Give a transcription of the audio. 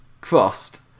crossed